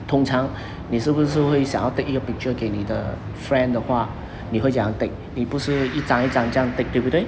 通常你是不是会想要 take 一个 picture 给你的 friend 的话你会这样 take 你不是一张一张这样 take 对不对